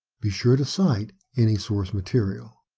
be sure to cite any source material.